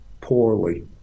poorly